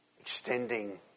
extending